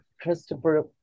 Christopher